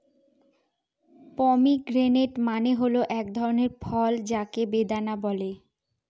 pomegranate মানে হল এক ধরনের ফল যাকে বেদানা বলে